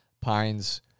pines